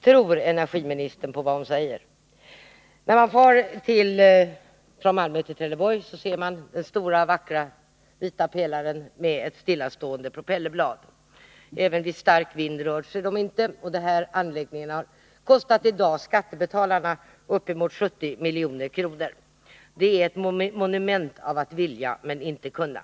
Tror energiministern på vad hon säger? När man far från Malmö till Trelleborg ser man den stora vackra vita pelaren med stillastående propellerblad. Inte ens vid stark vind rör de sig. Den här anläggningen har i dag kostat skattebetalarna uppemot 70 milj.kr. Det är ett monument över dilemmat att vilja men inte kunna.